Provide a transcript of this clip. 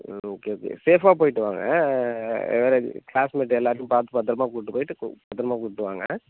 okay okay சேஃபாக போயிட்டு வாங்க வேறு கிளாஸ் மெட் எல்லாத்தையும் பார்த்து பத்தரமாக கூட்டுப் போய்டு பத்தரமாக கூட்டு வாங்க